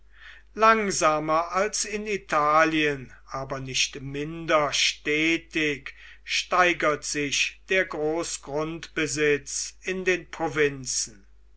langsamer als in italien aber nicht minder stetig steigert sich der großgrundbesitz in den provinzen